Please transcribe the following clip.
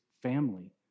family